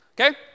Okay